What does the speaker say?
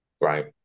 Right